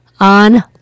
on